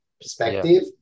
perspective